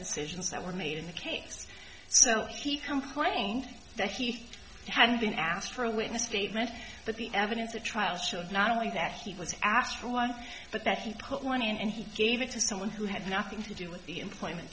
decisions that were made in the case so keep implying that he had been asked for a witness statement but the evidence at trial should not only that he was asked for one but that he put one in and he gave it to someone who had nothing to do with the employment